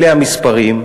אלה המספרים.